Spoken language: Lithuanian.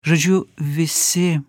žodžiu visi